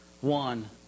One